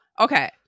okay